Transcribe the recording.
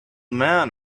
man